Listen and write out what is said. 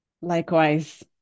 likewise